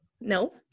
No